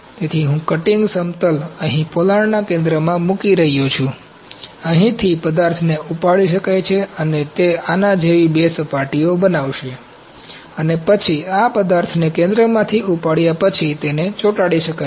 તેથી હું કટીંગ સમતલ અહીં પોલાણના કેન્દ્રમાં મૂકી રહ્યો છું અહીંથી પદાર્થને ઉપાડી શકાય છે અને તે આના જેવી બે સપાટી બનાવશે અને પછી આ પદાર્થને કેન્દ્રમાંથી ઉપાડ્યા પછી તેને ચોંટાડી શકાય છે